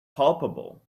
palpable